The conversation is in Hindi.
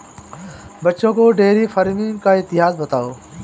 बच्चों को डेयरी फार्मिंग का इतिहास बताओ